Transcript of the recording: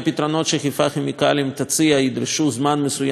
כימיקלים תציע ידרשו זמן מסוים להתארגנות.